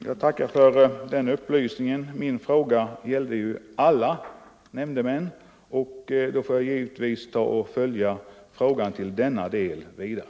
Herr talman! Jag tackar för den upplysningen — min fråga gällde ju alla nämndemän. Därför får jag givetvis i denna del föra frågan vidare.